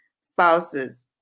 spouses